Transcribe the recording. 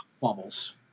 Bubbles